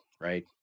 right